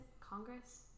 Congress